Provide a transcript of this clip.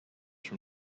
from